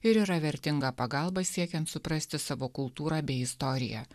ir yra vertinga pagalba siekiant suprasti savo kultūrą bei istoriją